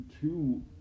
two